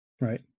right